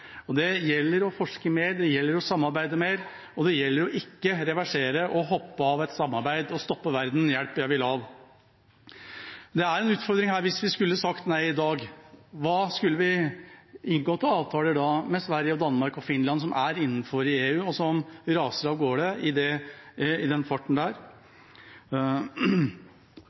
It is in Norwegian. med. Det gjelder å forske mer og samarbeide mer og ikke reversere, hoppe av et samarbeid og stoppe verden: Hjelp, jeg vil av! Hvis vi skulle sagt nei i dag, er utfordringen: Skulle vi da inngått avtaler med Sverige, Danmark og Finland, som er med i EU, og som raser avgårde i den farten?